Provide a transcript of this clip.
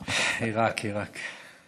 עיראקי, עיראקי.